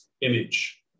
image